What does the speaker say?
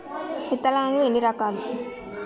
విత్తనాలు ఎన్ని రకాలు?